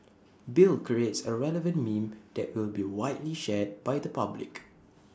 bill creates A relevant meme that will be widely shared by the public